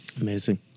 Amazing